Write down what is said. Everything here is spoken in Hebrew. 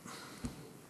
עשר דקות.